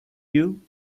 you